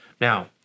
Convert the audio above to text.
Now